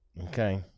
Okay